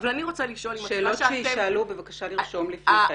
הצבא שאתם קיבלתם,